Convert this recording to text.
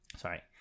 sorry